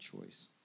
choice